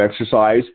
exercise